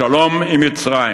השלום עם מצרים